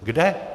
Kde?